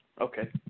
Okay